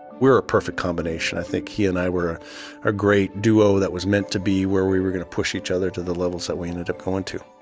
were a perfect combination. i think he and i were a great duo that was meant to be, where we were going to push each other to the levels that we ended up going to